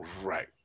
Right